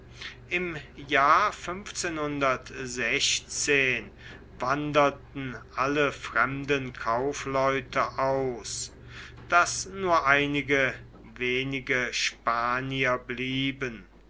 im jahr wanderten alle fremden kaufleute aus daß nur einige wenige spanier blieben